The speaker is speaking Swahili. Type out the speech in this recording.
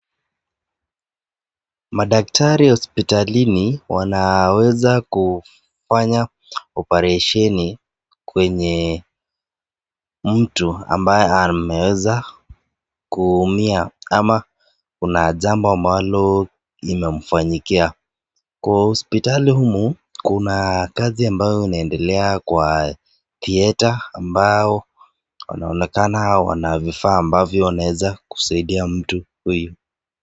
Madaktari hospitalini wanaweza kufanya oparesheni kwenye mtu ambaye ameweza kuumia ama kuna jambo ambalo limemfanyikia. Kwa hospitali humu kuna kazi ambayo inaendelea kwa theatre ambao wanaonekana wana vifaa ambavyo wanaweza kumsaidia mtu huyu.